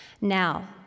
Now